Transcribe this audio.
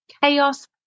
chaos